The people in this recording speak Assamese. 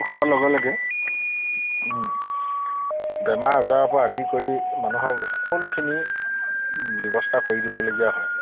হোৱাৰ লগে লগে বেমাৰ আজাৰৰ পৰা আদি কৰি মানুহক সকলোখিনি ব্যৱস্থা কৰি দিবলগীয়া হয়